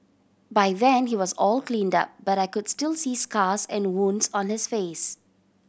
by then he was all cleaned up but I could still see scars and wounds on his face